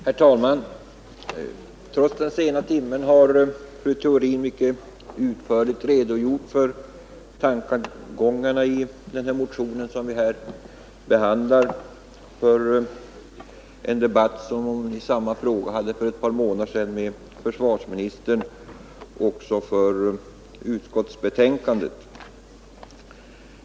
Herr talman! Trots den sena timmen har fru Theorin mycket utförligt redogjort för tankegångarna i motion nr 962 som vi här behandlar och utskottsbetänkandet samt en debatt som hon har fört i samma fråga med försvarsministern.